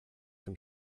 dem